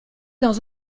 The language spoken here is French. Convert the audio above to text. dans